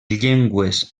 llengües